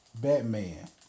Batman